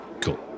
Cool